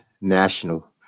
national